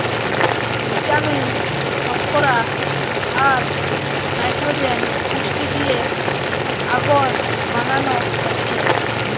vitamin, শর্করা, আর nitrogen পুষ্টি দিয়ে আগর বানানো হচ্ছে